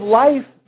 life